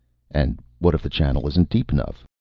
and what if the channel isn't deep enough?